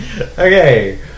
Okay